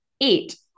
Eight